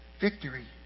victory